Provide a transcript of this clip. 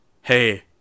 Hey